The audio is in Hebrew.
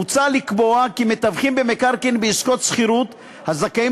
מוצע לקבוע כי מתווכים במקרקעין בעסקות שכירות הזכאים